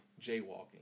jaywalking